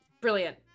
brilliant